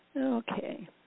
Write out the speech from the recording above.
Okay